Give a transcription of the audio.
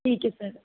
ਠੀਕ ਹੈ ਸਰ